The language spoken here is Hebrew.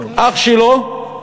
אח שלו,